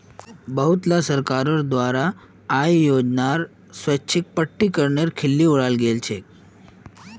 बहुतला सरकारोंर द्वारा आय योजनार स्वैच्छिक प्रकटीकरनेर खिल्ली उडाल गेल छे